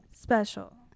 special